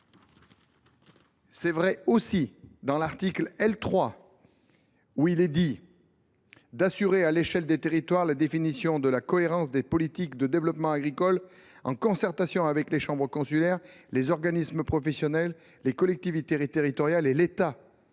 comme finalité aux politiques publiques « d’assurer, à l’échelle des territoires, la définition et la cohérence des politiques de développement agricole, en concertation avec les chambres consulaires, les organismes professionnels, les collectivités territoriales et l’État